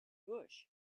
bush